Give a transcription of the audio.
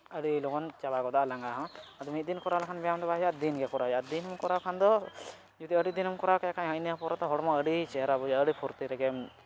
ᱟᱹᱰᱤ ᱞᱚᱜᱚᱱ ᱪᱟᱵᱟ ᱜᱚᱫᱚᱜᱼᱟ ᱞᱟᱸᱜᱟ ᱦᱚᱸ ᱟᱫᱚ ᱢᱤᱫ ᱫᱤᱱ ᱠᱚᱨᱟᱣ ᱞᱮᱠᱷᱟᱱ ᱜᱮ ᱫᱤᱱᱜᱮ ᱠᱚᱨᱟᱣ ᱦᱩᱭᱩᱜᱼᱟ ᱫᱤᱱᱮᱢ ᱠᱚᱨᱟᱣ ᱠᱷᱟᱱ ᱫᱚ ᱡᱩᱫᱤ ᱟᱹᱰᱤ ᱫᱤᱱᱮᱢ ᱠᱚᱨᱟᱣ ᱠᱮᱫ ᱠᱷᱟᱱ ᱤᱱᱟᱹ ᱯᱚᱨᱮ ᱫᱚ ᱦᱚᱲᱢᱚ ᱟᱹᱰᱤ ᱪᱮᱦᱨᱟ ᱵᱩᱡᱷᱟᱹᱜᱼᱟ ᱟᱹᱰᱤ ᱯᱷᱩᱨᱛᱤ ᱨᱮᱜᱮᱢ